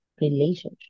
relationship